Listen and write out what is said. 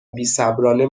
بیصبرانه